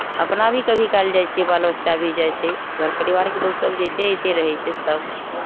अपना भी कभी काल जाइ छियै बाल बच्चा भी जाइ छै घर परिवारके लोक सभ जयते अबिते रहै छै सभ